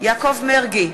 יעקב מרגי,